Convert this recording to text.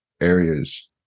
areas